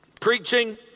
Preaching